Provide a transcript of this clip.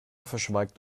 verschweigt